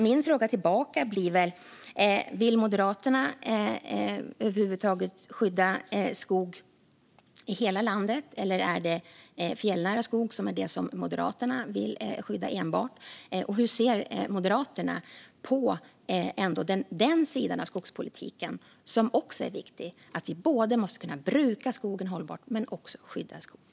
Min fråga tillbaka blir därför: Vill Moderaterna över huvud taget skydda skog i hela landet, eller är det enbart fjällnära skog som Moderaterna vill skydda? Och hur ser Moderaterna på den sida av skogspolitiken som också är viktig, det vill säga att vi måste kunna både bruka skogen hållbart och skydda skogen?